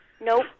nope